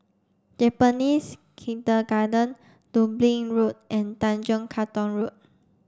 Japanese Kindergarten Dublin Road and Tanjong Katong Road